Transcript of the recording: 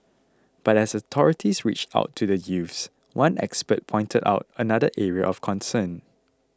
but as authorities reach out to the youths one expert pointed out another area of concern